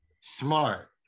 smart